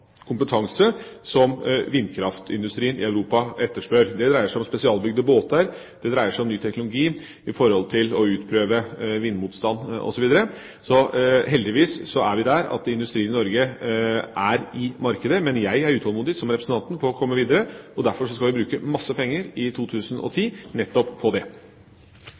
kompetanse som vindkraftindustrien i Europa etterspør. Det dreier seg om spesialbygde båter, det dreier seg om ny teknologi for å utprøve vindmotstand, osv. Så heldigvis er vi der at industrien i Norge er i markedet. Men jeg er utålmodig, som representanten, etter å komme videre. Derfor skal vi bruke masse penger i 2010 nettopp på det.